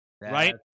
right